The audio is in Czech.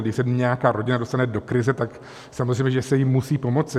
Když se nějaká rodina dostane do krize, tak samozřejmě že se jí musí pomoci.